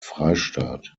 freistaat